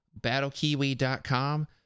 BattleKiwi.com